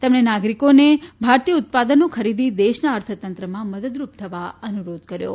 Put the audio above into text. તેમણે નાગરિકોને ભારતીય ઉત્પાદનો ખરીદી દેશના અર્થતંત્રમાં મદદરૂપ થવા અનુરોધ કર્યો છે